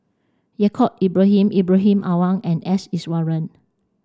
Yaacob Ibrahim Ibrahim Awang and S Iswaran